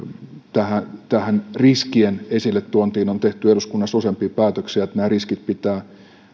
tästä riskien esille tuonnista on tehty eduskunnassa useampia päätöksiä että nämä riskit pitää